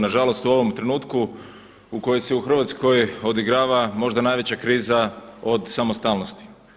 Na žalost u ovom trenutku u kojoj se u Hrvatskoj odigrava možda najveća kriza od samostalnosti.